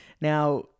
Now